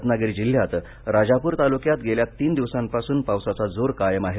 रत्नागिरी जिल्ह्यात राजापूर तालुक्यात गेल्या तीन दिवसांपासून पावसाचा जोर कायम आहे